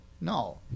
No